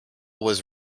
was